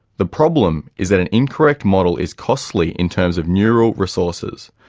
the problem is that an incorrect model is costly in terms of neural resources.